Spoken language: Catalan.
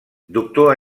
doctor